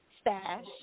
stash